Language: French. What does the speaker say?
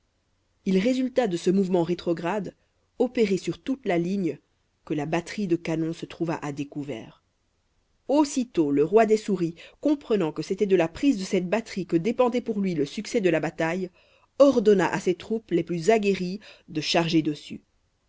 il résulta de ce mouvement rétrograde opéré sur toute la ligne que la batterie de canons se trouva à découvert aussitôt le roi des souris comprenant que c'était de la prise de cette batterie que dépendait pour lui le succès de la bataille ordonna à ses troupes les plus aguerries de charger dessus